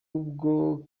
ubwo